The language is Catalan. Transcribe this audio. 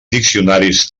diccionaris